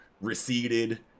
receded